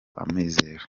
amizero